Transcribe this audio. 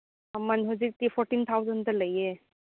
ꯃꯃꯟ ꯍꯧꯖꯤꯛꯇꯤ ꯐꯣꯔꯇꯤꯟ ꯊꯥꯎꯖꯟꯗ ꯂꯩꯌꯦ